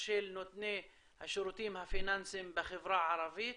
של נותני השירותים הפיננסיים בחברה הערבית